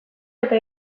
eta